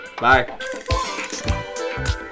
Bye